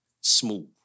smooth